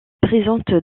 présente